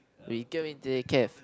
we going to the cafe